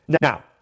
Now